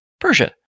Persia